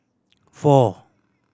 four